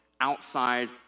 outside